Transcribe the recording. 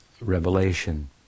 revelation